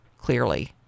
clearly